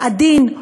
עדין,